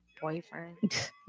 boyfriend